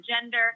gender